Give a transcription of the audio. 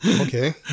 Okay